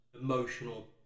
emotional